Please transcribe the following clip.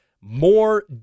more